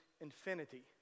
infinity